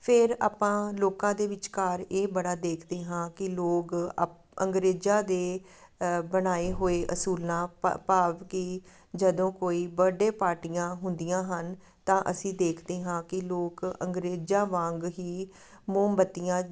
ਫਿਰ ਆਪਾਂ ਲੋਕਾਂ ਦੇ ਵਿਚਕਾਰ ਇਹ ਬੜਾ ਦੇਖਦੇ ਹਾਂ ਕੀ ਲੋਕ ਅਪ ਅੰਗਰੇਜ਼ਾਂ ਦੇ ਬਣਾਏ ਹੋਏ ਅਸੂਲਾਂ ਭ ਭਾਵ ਕਿ ਜਦੋਂ ਕੋਈ ਬਡੇ ਪਾਰਟੀਆਂ ਹੁੰਦੀਆਂ ਹਨ ਤਾਂ ਅਸੀਂ ਦੇਖਦੇ ਹਾਂ ਕਿ ਲੋਕ ਅੰਗਰੇਜ਼ਾਂ ਵਾਂਗ ਹੀ ਮੋਮਬੱਤੀਆਂ